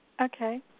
Okay